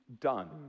Done